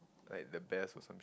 like the best or some